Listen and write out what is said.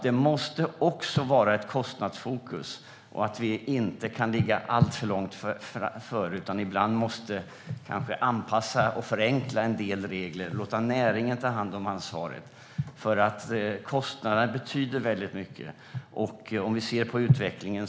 Det måste också finnas ett kostnadsfokus. Vi kan inte ligga alltför långt före, utan måste ibland kanske anpassa oss, förenkla en del regler och låta näringen ta ansvaret. Kostnaderna betyder väldigt mycket. Vi måste se på utvecklingen.